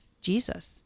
jesus